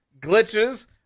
glitches